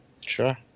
Sure